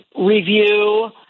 review